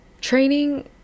Training